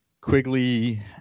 Quigley